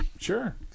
Sure